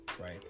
right